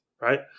right